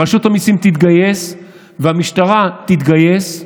רשות המיסים תתגייס והמשטרה תתגייס,